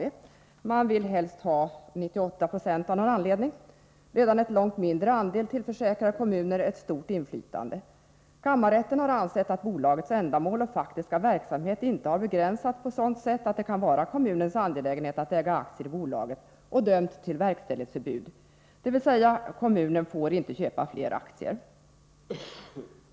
Man vill av någon anledning helst ha 98 96 av aktierna. Redan en långt mindre andel tillförsäkrar kommunen ett stort inflytande. Kammarrätten har ansett att bolagets ändamål och faktiska verksamhet inte har begränsats på sådant sätt att det kan vara kommunens angelägenhet att äga aktier i bolaget. Kammarrätten har därför dömt till verkställighetsförbud, dvs. förbud för kommunen att köpa fler aktier.